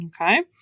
Okay